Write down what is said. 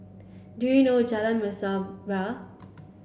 do you know Jalan Mesra where